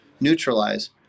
neutralize